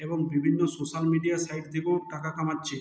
এবং বিভিন্ন social media site থেকেও টাকা কামাচ্ছে